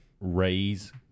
raise